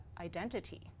identity